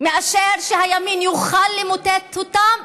מכדי שהימין יוכל למוטט אותם.